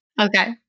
Okay